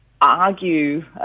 argue